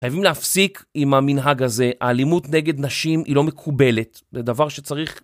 חייבים להפסיק עם המנהג הזה, האלימות נגד נשים היא לא מקובלת, זה דבר שצריך...